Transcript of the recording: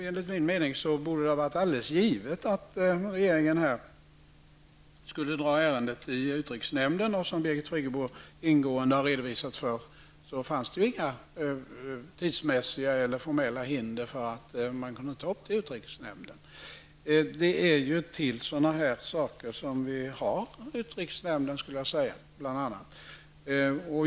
Enligt min uppfattning borde det ha varit alldeles givet att regeringen skulle ha föredragit ärendet i utrikesnämnden. Som Birgit Friggebo ingående har redovisat fanns det heller inte några tidsmässiga eller formella hinder mot att ta upp ärendet i utrikesnämnden. Jag skulle vilja säga att det är för bl.a. denna typ av ärenden som vi har utrikesnämnden.